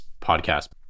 podcast